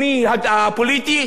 הייתי הולך נגד כל התקשורת.